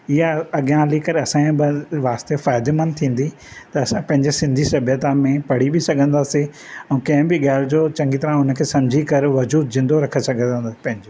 इहा अॻियां हली करे असांजे बल वास्ते फ़ाइदेमंदि थींदी त असां पंहिंजी सिंधी स्भ्यता में पढ़ी बि सघंदासीं ऐं कंहिं बि ॻाल्हि जो चङी तरह हुन खे सम्झी करे वजूद ज़िंदो रखे सघंदासीं पंहिंजो